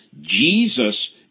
Jesus